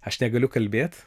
aš negaliu kalbėt